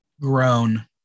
Grown